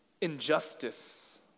injustice